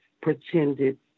pretended